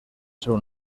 seu